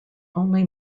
only